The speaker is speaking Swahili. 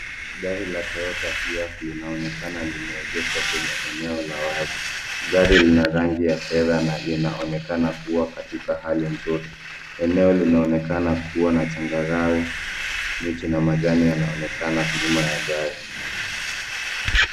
Gari la Toyota Hiace linaonekana limeegeshwa kwenye eneo la wazi. Gari lina rangi ya fedha na linaonekana kuwa katika hali nzuri. Eneo linaonekana kuwa na changarawe. Miti na majani yanaonekana nyuma ya gari.